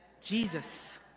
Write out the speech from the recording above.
Jesus